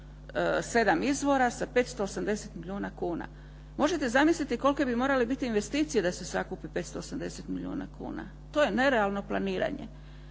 izvora, sa 580 milijuna kuna. Možete zamisliti kolike bi morale biti investicije da se sakupi 580 milijuna kuna. To je nerealno planiranje.